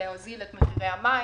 להוזיל את מחירי המים,